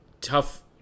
tough